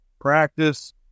practice